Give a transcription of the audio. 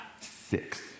Six